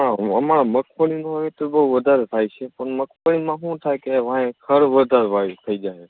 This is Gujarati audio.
હા હું અમારે મગફળીનું વાવેતર બહુ વધારે થાય છે પણ મગફળીમાં શું થાય કે વાંહે ખડ વધારે થઇ જાય છે